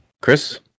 Chris